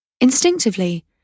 Instinctively